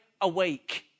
awake